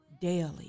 daily